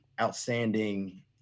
outstanding